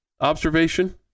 observation